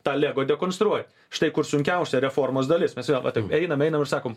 tą lego dekonstruot štai kur sunkiausia reformos dalis mes jau vat matom einam einam ir sakom